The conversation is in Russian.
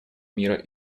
мира